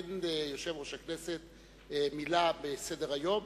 אין ליושב-ראש הכנסת מלה בסדר-היום,